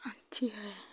अच्छी है